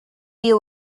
you